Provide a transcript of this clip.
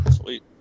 Sweet